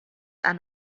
are